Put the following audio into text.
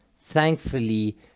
thankfully